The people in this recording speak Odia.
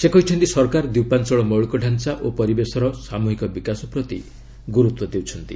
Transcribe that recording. ସେ କହିଛନ୍ତି ସରକାର ଦ୍ୱିପାଞ୍ଚଳ ମୌଳିକ ଢାଞ୍ଚା ଓ ପରିବେଶର ସାମୁହିକ ବିକାଶ ପ୍ରତି ଗୁରୁତ୍ୱ ଦେଉଛନ୍ତି